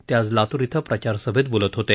ते आज लातूर श्विं प्रचारसभेत बोलत होते